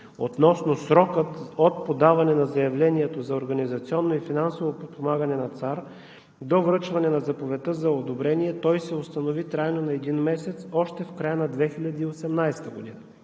Относно срока от подаване на заявлението за организационно и финансово подпомагане от ЦАР до връчване на заповедта за одобрение – той се установи трайно на един месец още в края на 2018 г.